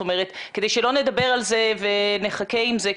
כדי שלא נדבר על זה ונחכה עם זה.